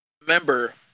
remember